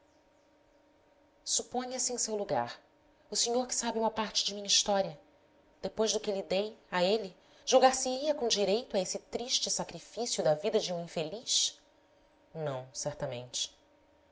suponha se em seu lugar o senhor que sabe uma parte de minha história depois do que lhe dei a ele julgar se ia com direito a esse triste sacrifício da vida de um infeliz não certamente